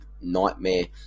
nightmare